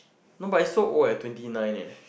no but it's so old eh I'm twenty nine eh